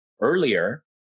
earlier